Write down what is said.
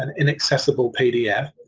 an inaccessible pdf,